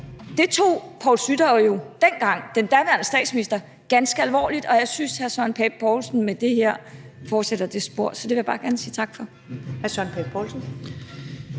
Den tog Poul Schlüter, der dengang var statsminister, jo ganske alvorligt, og jeg synes, at hr. Søren Pape Poulsen med det her fortsætter ad det spor. Så det vil jeg bare gerne sige tak for.